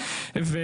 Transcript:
כרגע,